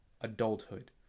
adulthood